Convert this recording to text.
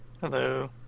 Hello